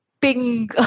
ping